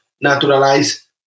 Naturalize